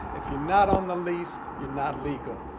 if you're not on the lease, you're not legal.